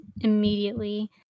immediately